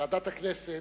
ועדת הכנסת,